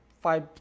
five